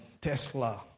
tesla